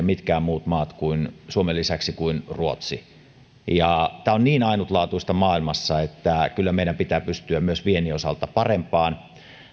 mitkään muut maat suomen lisäksi kuin ruotsi tämä on niin ainutlaatuista maailmassa että kyllä meidän pitää pystyä myös viennin osalta parempaan